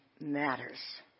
matters